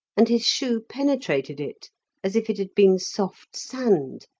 and his shoe penetrated it as if it had been soft sand.